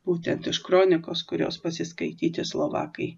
būtent iš kronikos kurios pasiskaityti slovakai